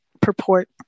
purport